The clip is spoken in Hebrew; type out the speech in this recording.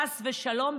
חס ושלום,